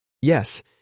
Yes